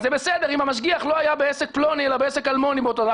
אז זה בסדר אם המשגיח לא היה בעסק פלוני אלא בעסק אלמוני באותו הזמן.